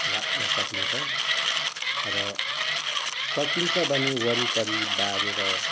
राख्नसकिन्छ र सकिन्छ भने वरिपरि बारेर